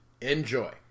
enjoy